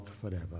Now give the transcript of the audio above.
forever